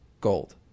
gold